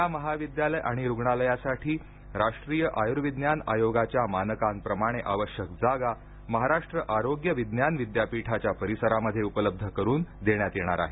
या महाविद्यालय आणि रुग्णालयासाठी राष्ट्रीय आयुर्विज्ञान आयोगाच्या मानकांप्रमाणे आवश्यक जागा महाराष्ट्र आरोग्य विज्ञान विद्यापीठाच्या परिसरामध्ये उपलब्ध करुन देण्यात येणार आहे